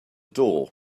door